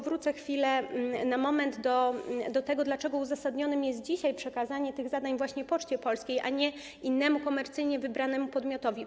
Wrócę na moment do tego, dlaczego uzasadnione jest dzisiaj przekazanie tych zadań Poczcie Polskiej, a nie innemu, komercyjnie wybranemu podmiotowi.